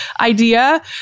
idea